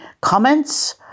comments